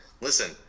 listen